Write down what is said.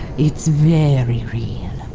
it's very real.